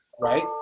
right